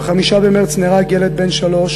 ב-5 במרס נהרג ילד בן שלוש